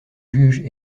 juges